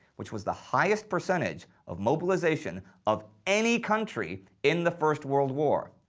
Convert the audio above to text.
which was the highest percentage of mobilization of any country in the first world war.